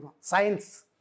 Science